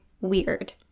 weird